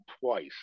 twice